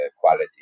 quality